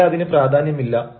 ഇവിടെ അതിന് പ്രാധാന്യമില്ല